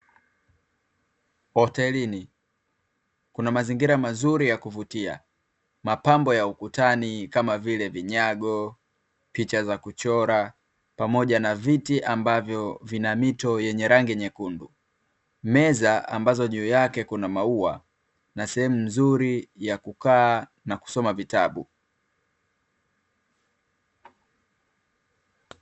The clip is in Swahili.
Hotelini, kuna mazingira mazuri ya kuvutia mapambo ya ukutani kama vile vinyago, picha za kuchora, pamoja na viti ambavyo vina mito yenye rangi nyekundu, meza ambazo juu yake kuna maua na sehemu nzuri ya kukaa na kusoma vitabu.